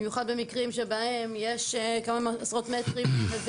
במיוחד במקרים שבהם יש כמה עשרות מטרים ---,